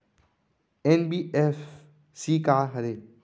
NBFC का हरे?